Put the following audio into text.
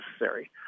necessary